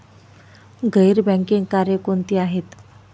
गैर बँकिंग कार्य कोणती आहेत?